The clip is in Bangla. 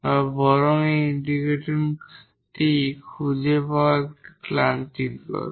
বা বরং এই ইন্টিগ্রেটিংটি খুঁজে পাওয়া একটু ক্লান্তিকর